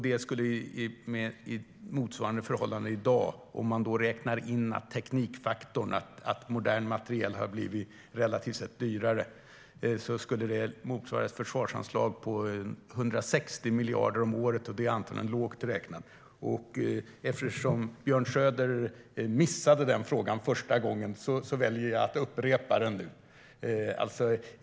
Det skulle i dag, om man räknar in teknikfaktorn och att modern materiel relativt sett har blivit dyrare, motsvara ett försvarsanslag på 160 miljarder om året, och det är antagligen lågt räknat. Eftersom Björn Söder missade den frågan första gången väljer jag att upprepa den nu.